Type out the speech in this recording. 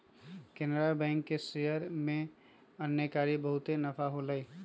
Canara bank के share में एन्नेकारी बहुते नफा होलई